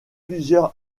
plusieurs